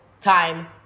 time